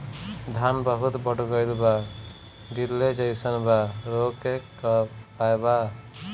धान बहुत बढ़ गईल बा गिरले जईसन बा रोके क का उपाय बा?